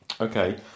Okay